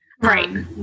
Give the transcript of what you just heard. Right